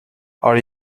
are